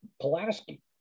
Pulaski